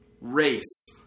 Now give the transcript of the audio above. race